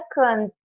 second